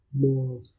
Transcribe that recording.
more